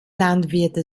landwirte